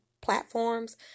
platforms